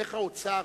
איך האוצר